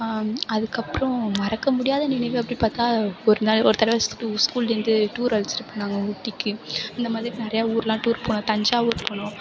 அதுக்கப்றம் மறக்க முடியாத நினைவு அப்டின்னு பார்த்தா ஒரு நாள் ஒரு தடவை ஸ்கூல் ஸ்கூல்லேருந்து டூர் அழைச்சிட்டு போனாங்க ஊட்டிக்கு அந்த மாதிரி நிறையா ஊர்லாம் டூர் போனோம் தஞ்சாவூர் போனோம்